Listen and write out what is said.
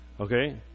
Okay